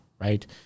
right